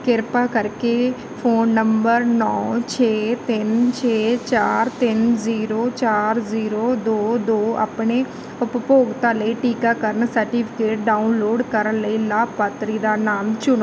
ਕਿਰਪਾ ਕਰਕੇ phone number ਨੌ ਛੇ ਤਿੰਨ ਛੇ ਚਾਰ ਤਿੰਨ ਜ਼ੀਰੋ ਚਾਰ ਜ਼ੀਰੋ ਦੋ ਦੋ ਆਪਣੇ ਉਪਭੋਗਤਾ ਲਈ ਟੀਕਾਕਰਨ ਸਰਟੀਫਿਕੇਟ ਡਾਊਨਲੋਡ ਕਰਨ ਲਈ ਲਾਭਪਾਤਰੀ ਦਾ ਨਾਮ ਚੁਣੋ